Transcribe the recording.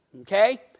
Okay